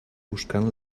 buscant